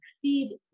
succeed